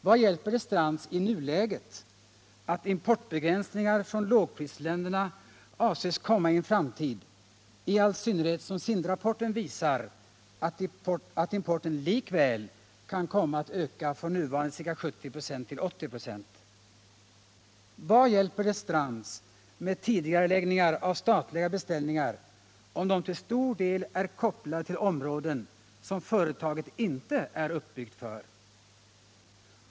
Vad hjälper det Strands i nuläget att importbegränsningar från lågprisländerna avses komma i en framtid, i all synnerhet som Sindrapporten visar att importen likväl kan komma att öka från nuvarande ca 70 926 till 80 26? Vad hjälper det Strands med tidigareläggningar av statliga beställningar, om de till stor del är kopplade till områden som företaget inte är uppbyggt för?